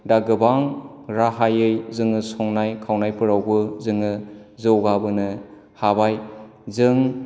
दा गोबां राहायै जोङो संनाय खावनायफोरावबो जोङो जौगाबोनो हाबाय जों